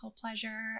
pleasure